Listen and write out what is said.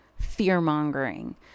fear-mongering